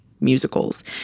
musicals